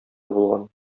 булган